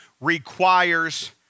requires